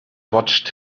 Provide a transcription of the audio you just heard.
watched